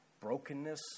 brokenness